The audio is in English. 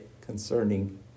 concerning